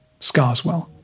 Scarswell